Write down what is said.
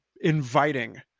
inviting